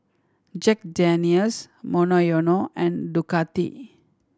Jack Daniel's Monoyono and Ducati